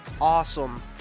awesome